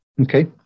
Okay